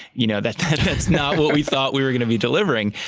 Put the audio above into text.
you know that's not what we thought we were going to be delivering.